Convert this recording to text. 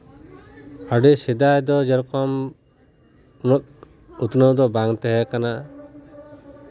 ᱟᱹᱰᱤ ᱥᱮᱫᱟᱭ ᱫᱚ ᱡᱮᱨᱚᱠᱚᱢ ᱩᱱᱟᱹᱜ ᱩᱛᱱᱟᱹᱣ ᱫᱚ ᱵᱟᱝ ᱛᱟᱦᱮᱸ ᱠᱟᱱᱟ